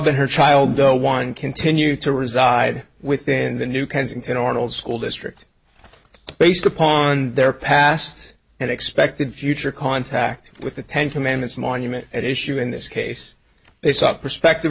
shaaban her child no one continue to reside within the new kensington arnold school district based upon their past and expected future contact with the ten commandments monument at issue in this case they sought prospective